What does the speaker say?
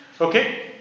Okay